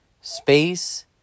space